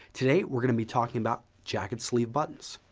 today, we're going to be talking about jacket sleeve buttons.